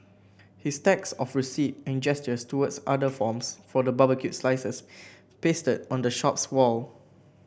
his stacks of receipts and gestures towards order forms for the barbecued slices pasted on the shop's wall